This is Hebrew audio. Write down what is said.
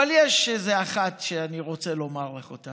אבל יש איזו אחת שאני רוצה לומר לך: